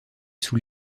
sous